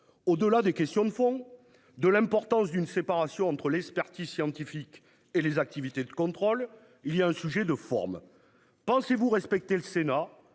Au-delà des questions de fond de l'importance d'une séparation entre l'expertise scientifique et les activités de contrôle, il y a un sujet de forme. Pensez-vous respecter le Sénat